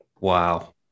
wow